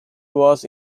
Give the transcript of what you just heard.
was